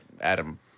Adam